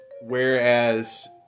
Whereas